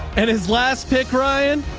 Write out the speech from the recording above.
and his last pick ryan,